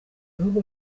ibihugu